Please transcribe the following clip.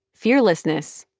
fearlessness,